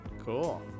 Cool